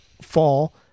fall